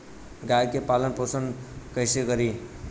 गाय के पालन पोषण पोषण कैसे करी?